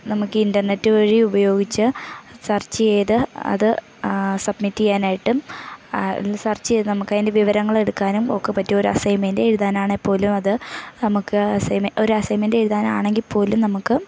നമുക്ക് ഇൻ്റർനെറ്റ് വഴി ഉപയോഗിച്ചു സെർച്ച് ചെയ്തു അത് സബ്മിറ്റ് ചെയ്യാനായിട്ടും ആ സെർച്ച് ചെയ്തു നമുക്ക് അതിൻ്റെ വിവരങ്ങൾ എടുക്കാനും ഒക്കെ പറ്റിയ ഒരു അസൈൻമെൻ്റ് എഴുതാനാണെങ്കിൽ പോലും അത് നമുക്ക് അസൈൻമെൻ്റ് ഒരു അസൈൻമെൻ്റ് എഴുതാനാണെങ്കിൽ പോലും നമുക്ക്